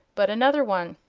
but another one.